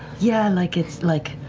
yeah, like it's like,